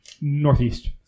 Northeast